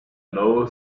know